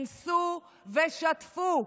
היכנסו ושתפו.